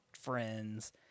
friends